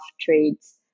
trades